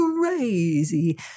crazy